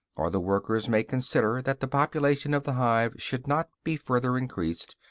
or the workers may consider that the population of the hive should not be further increased,